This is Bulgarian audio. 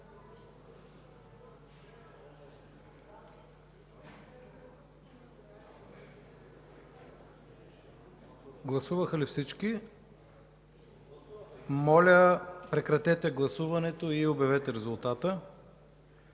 Гласуваха ли всички? Моля, прекратете гласуването и обявете резултата.